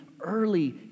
early